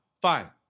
fine